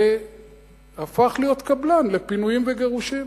הפך להיות קבלן לפינויים וגירושים.